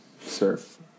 surf